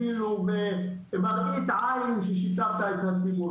כאילו במראית עין ששיתפת את הציבור.